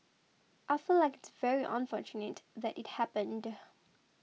I feel like it's very unfortunate that it happened